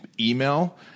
email